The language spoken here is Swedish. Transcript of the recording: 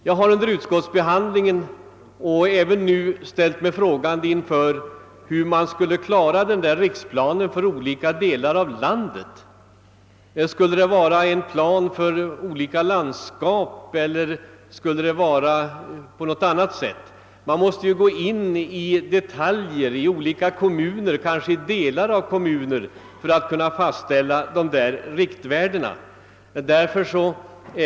Jag ställer mig frågande inför hur man skulle kunna klara en sådan riksplan för olika delar av landet. Skulle det vara en plan för landskapen? Man måste ju gå in på förhållandena i olika kommuner, och kanske i delar av kommuner, för att kunna fastställa gränsvärden.